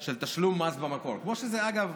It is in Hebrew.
של תשלום מס במקור, כמו שזה קורה, אגב,